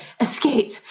escape